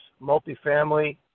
multifamily